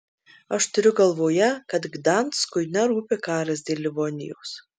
aš turiu galvoje kad gdanskui nerūpi karas dėl livonijos